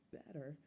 better